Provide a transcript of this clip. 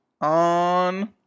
on